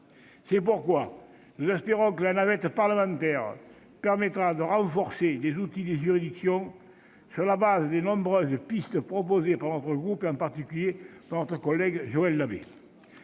C'est pourquoi nous espérons que la navette parlementaire permettra de renforcer les outils des juridictions, sur la base des nombreuses pistes proposées par notre groupe, en particulier par notre collègue Joël Labbé.